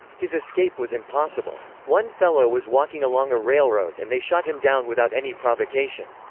his escape was impossible. one fellow was walking along a railroad and they shot him down without any provocation.